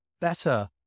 better